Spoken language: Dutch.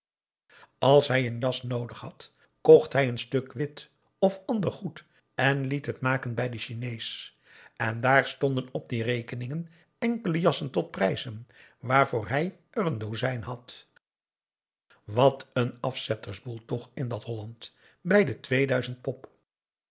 als hij n jas noodig had kocht hij n stuk wit of ander goed en liet het maken bij den chinees en daar stonden op die rekeningen enkele jassen tot prijzen waarvoor hij er een dozijn had wat een afzettersboel toch in dat holland bij de tweeduizend pop